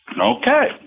Okay